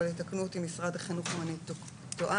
אבל יתקנו אותי משרד החינוך אם אני טועה.